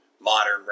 modern